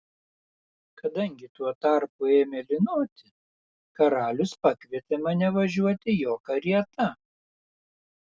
kadangi tuo tarpu ėmė lynoti karalius pakvietė mane važiuoti jo karieta